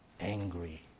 angry